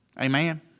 Amen